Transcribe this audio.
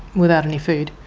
without any food?